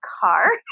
car